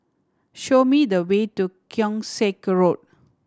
show me the way to Keong Saik Road